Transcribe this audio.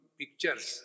pictures